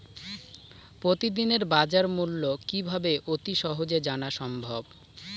প্রতিদিনের বাজারমূল্য কিভাবে অতি সহজেই জানা সম্ভব?